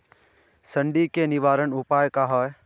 सुंडी के निवारण उपाय का होए?